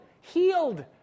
Healed